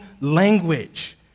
language